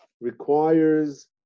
requires